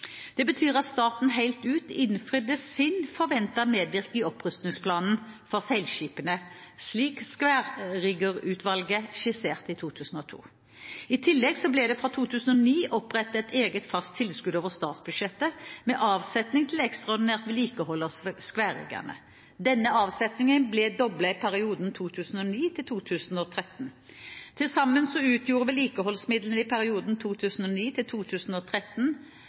Det betyr at staten helt ut innfridde sin forventede medvirkning i opprustningsplanen for seilskipene, slik Skværriggerutvalget skisserte i 2002. I tillegg ble det fra 2009 opprettet et eget fast tilskudd over statsbudsjettet med avsetning til ekstraordinært vedlikehold av skværriggerne. Denne avsetningen ble doblet i perioden 2009–2013. Til sammen utgjorde vedlikeholdsmidlene i perioden 2009–2013 14,1 mill. kr. Fra 2014 ble vedlikeholdsmidlene lagt inn i det ordinære tilskuddet til